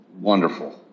wonderful